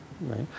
right